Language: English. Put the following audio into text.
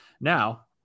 Now